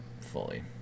fully